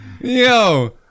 Yo